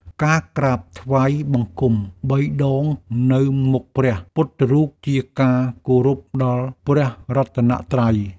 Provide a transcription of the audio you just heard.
ការក្រាបថ្វាយបង្គំបីដងនៅមុខព្រះពុទ្ធរូប ជាការគោរពដល់ព្រះរតនត្រ័យ។